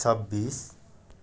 छब्बिस